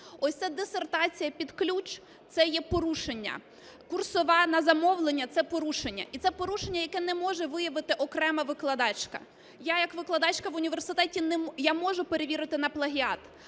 Ось це "дисертація під ключ" – це є порушення, "курсова на замовлення" – це порушення. І це порушення, яке не може виявити окрема викладачка. Я як викладачка в університеті я можу перевірити на плагіат,